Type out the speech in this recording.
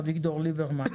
אביגדור ליברמן,